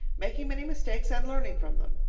making many mistakes and learning from them.